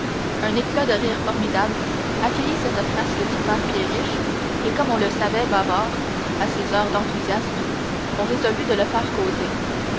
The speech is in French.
un éclat de rire formidable accueillit cette frasque du père pierriche et comme on le savait bavard à ses heures d'enthousiasme on résolut de le faire causer